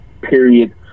Period